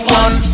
one